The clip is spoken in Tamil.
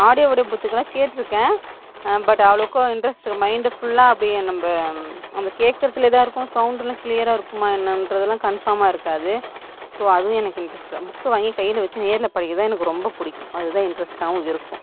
ஆடியோ வடிவ புத்தங்கெலாம் கேட்டிருக்கேன் பட் அவ்வளோக்கா இன்ட்ரெஸ்ட் மைண்டு ஃபுல்லாக அப்படியே நம்ம அந்த கேட்குறதுலேதான் இருக்கும் சவுண்டெலாம் க்ளீயராக இருக்குமா என்னென்றதுலாம் கன்ஃபார்மாக இருக்காது ஸோ அதுவும் எனக்கு இன்ட்ரெஸ்ட் இல்லை புக்கு வாங்கி கையில் வச்சு நேரில் படிக்கிறதுதான் எனக்கு ரொம்ப பிடிக்கும் அதுதான் இன்ட்ரெஸ்ட்டாகவும் இருக்கும்